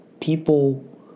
people